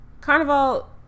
Carnival